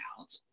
out